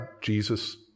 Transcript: Jesus